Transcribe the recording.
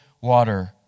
water